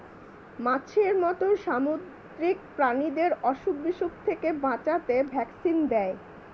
মাছের মত সামুদ্রিক প্রাণীদের অসুখ বিসুখ থেকে বাঁচাতে ভ্যাকসিন দেয়